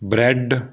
bread